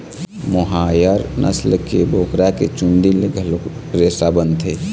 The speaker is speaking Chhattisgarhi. मोहायर नसल के बोकरा के चूंदी ले घलोक रेसा बनथे